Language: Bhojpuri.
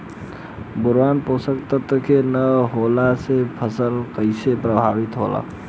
बोरान पोषक तत्व के न होला से फसल कइसे प्रभावित होला?